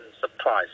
supplies